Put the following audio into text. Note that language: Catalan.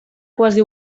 quasi